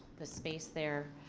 the space there